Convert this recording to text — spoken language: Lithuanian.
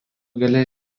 gale